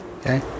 Okay